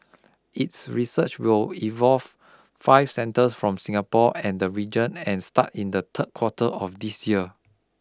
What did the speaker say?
its research will involve five centres from Singapore and the region and start in the third quarter of this year